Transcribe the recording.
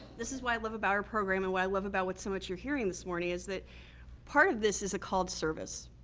this is what i love about our program and what i love about so what you're hearing this morning is that part of this is a called service.